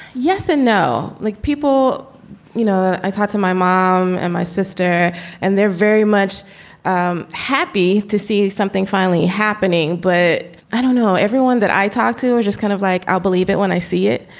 yes and no like people you know, i talk to my mom and my sister and they're very much um happy to see something finally happening. but i don't know everyone that i talk to, we're just kind of like, i'll believe it when i see it.